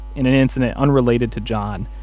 in an incident unrelated to john,